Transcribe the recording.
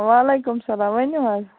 وعلیکُم سلام ؤنِو حظ